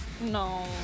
No